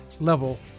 level